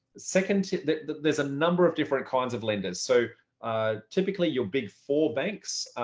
second, there's a number of different kinds of lenders. so typically your big four banks,